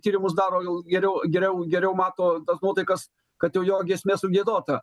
tyrimus daro jau geriau geriau geriau mato tas nuotaikas kad jau jo giesmė sugiedota